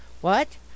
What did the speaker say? What